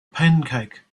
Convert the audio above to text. pancake